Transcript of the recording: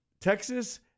Texas